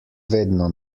vedno